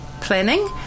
planning